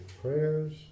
prayers